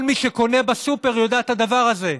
כל מי שקונה בסופר יודע את הדבר הזה.